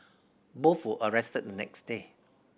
both were arrested the next day